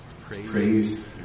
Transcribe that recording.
Praise